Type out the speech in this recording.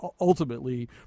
ultimately